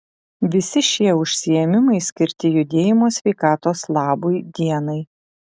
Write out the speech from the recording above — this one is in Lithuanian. visi šie užsiėmimai skirti judėjimo sveikatos labui dienai